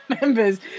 members